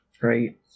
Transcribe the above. Right